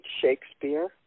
Shakespeare